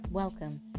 Welcome